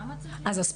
למה צריך ספציפית?